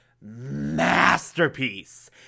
masterpiece